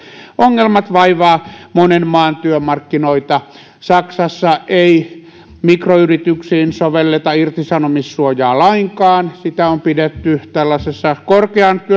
ongelmat vaivaavat monen maan työmarkkinoita saksassa ei mikroyrityksiin sovelleta irtisanomissuojaa lainkaan sitä on pidetty tällaisessa korkean